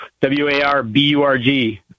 W-A-R-B-U-R-G